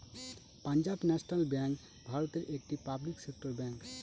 Punjab National Bank ভারতের একটি public sector bank